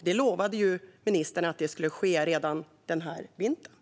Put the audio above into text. Ministern lovade ju att det skulle ske redan den här vintern.